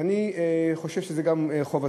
ואני חושב שזו גם חובתנו.